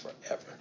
forever